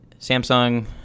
Samsung